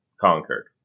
conquered